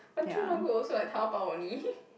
material not good also like Taobao only